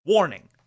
Warning